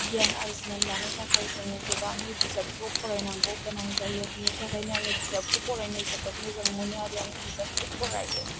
गियान आरजिनानै लानो थाखाइ जोङो गोबाङै बिजाबखौ फरायनांगौ गोनां जायो बेनि थाखायनो आङो बिजाबखौ फरायनो जोबोर मोजां मोनो आरो आङो बिजाबखौ फराइयो